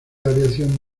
aviación